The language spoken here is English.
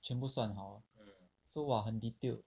全部算好了 so !wah! 很 detailed